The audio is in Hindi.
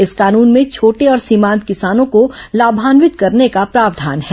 इस कानून में छोटे और सीमांत किसानों को लाभान्वित करने का प्रावधान है